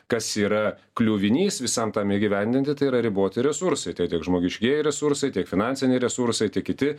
kas yra kliuvinys visam tam įgyvendinti tai yra riboti resursai tai tiek žmogiškieji resursai tiek finansiniai resursai tiek kiti